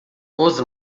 عذر